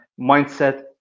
mindset